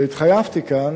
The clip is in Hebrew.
והתחייבתי כאן